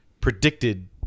predicted